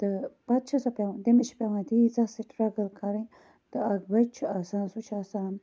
تہٕ پَتہٕ چھِ سۄ پیٚوان تٔمِس چھُ پیٚوان تیٖژاہ سٹرگل کَرٕنۍ تہٕ اکھ بَچہِ چھُ آسان سُہ چھُ آسان